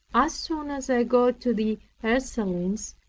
as soon as i got to the ursulines,